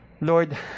Lord